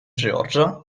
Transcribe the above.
georgia